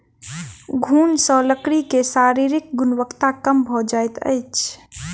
घुन सॅ लकड़ी के शारीरिक गुणवत्ता कम भ जाइत अछि